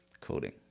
coding